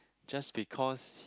just because